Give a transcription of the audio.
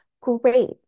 great